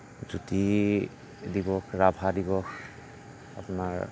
জ্যোতি দিৱস ৰাভা দিৱস আপোনাৰ